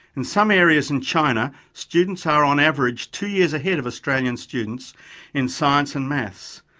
in some areas in china, students are on average two years ahead of australian students in science and maths,